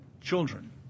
children